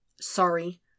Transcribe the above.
Sorry